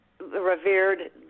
revered